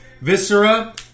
Viscera